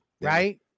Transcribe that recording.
Right